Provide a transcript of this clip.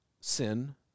sin